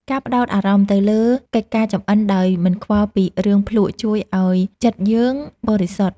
ការផ្ដោតអារម្មណ៍ទៅលើកិច្ចការចម្អិនដោយមិនខ្វល់ពីរឿងភ្លក្សជួយឱ្យចិត្តយើងបរិសុទ្ធ។